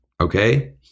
okay